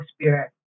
spirit